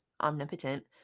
omnipotent